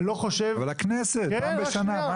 אבל לכנסת, פעם בשנה.